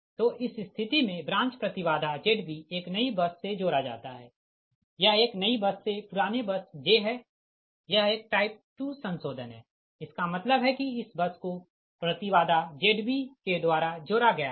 तो इस स्थिति मे ब्रांच प्रति बाधा Zb एक नई बस से जोड़ा जाता है यह एक नई बस से पुराने बस j है यह एक टाइप 2 संशोधन है इसका मतलब है कि इस बस को प्रति बाधा Zb के द्वारा जोड़ा गया है